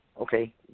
okay